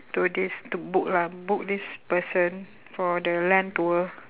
to this to book lah book this person for the land tour